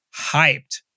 hyped